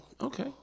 Okay